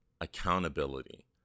accountability